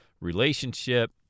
relationship